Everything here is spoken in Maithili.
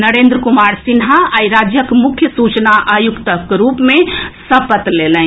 नरेन्द्र कुमार सिन्हा आई राज्यक मुख्य सूचना आयुक्तक रूप मे सपत लेलनि